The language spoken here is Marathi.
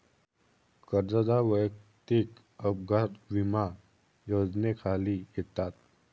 कर्जदार वैयक्तिक अपघात विमा योजनेखाली येतात